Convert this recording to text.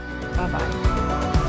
Bye-bye